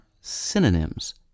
synonyms